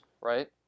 right